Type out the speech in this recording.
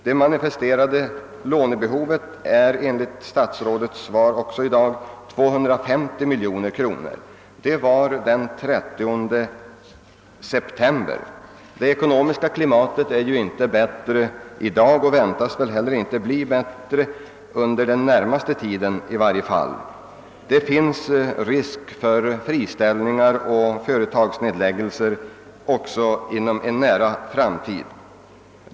Det manifesterade lånebehovet vid denna tidpunkt var, enligt statsrådets svar i dag, 250 miljoner kronor. Det ekonomiska klimatet är ju inte bättre nu och väntas väl heller inte bli det under den närmaste tiden. Det finns risk för friställningar och företagsnedläggelser också inom en nära framtid.